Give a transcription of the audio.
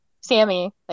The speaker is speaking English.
Sammy